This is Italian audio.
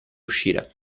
uscire